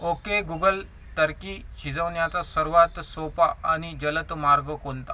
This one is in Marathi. ओके गुगल टर्की शिजवण्याचा सर्वात सोपा आणि जलद मार्ग कोणता